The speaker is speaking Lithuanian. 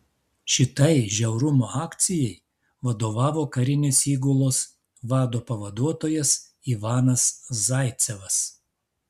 šitai žiaurumo akcijai vadovavo karinės įgulos vado pavaduotojas ivanas zaicevas